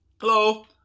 Hello